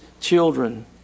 children